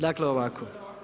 Dakle ovako.